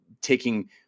taking